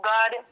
God